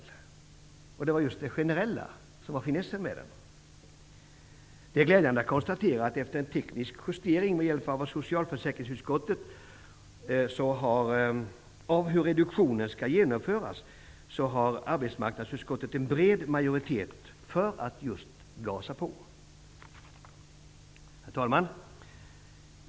Det var just att stödet är generellt som är finessen. Det är glädjande att konstatera att efter teknisk justering med hjälp av socialförsäkringsutskottet av hur reduktionen skall genomföras har arbetsmarknadsutskottet en bred majoritet för att gasa på. Herr talman!